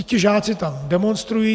Ti žáci tam demonstrují.